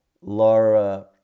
Laura